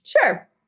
sure